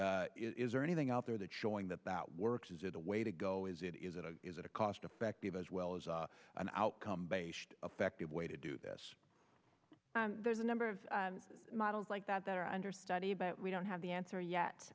is there anything out there that showing that that works is it a way to go is it is it is it a cost effective as well as an outcome based affective way to do this and there's a number of models like that that are under study but we don't have the answer